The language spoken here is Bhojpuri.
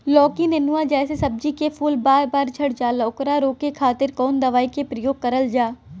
लौकी नेनुआ जैसे सब्जी के फूल बार बार झड़जाला ओकरा रोके खातीर कवन दवाई के प्रयोग करल जा?